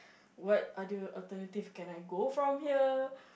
what other alternative can I go from here